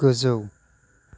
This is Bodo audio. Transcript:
गोजौ